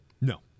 no